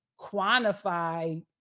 quantify